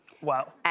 Wow